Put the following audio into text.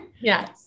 Yes